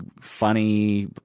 funny